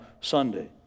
Sunday